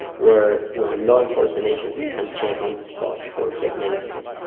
where you know law enforcement agencies can check on the spot for fake medicines.